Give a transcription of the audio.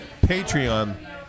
Patreon